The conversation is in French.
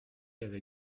avait